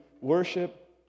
worship